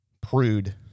prude